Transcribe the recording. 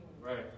Right